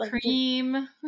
cream